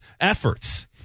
efforts